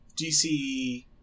DC